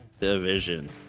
Division